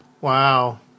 Wow